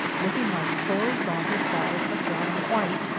looking like horizontal bars of brown and white!